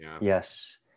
Yes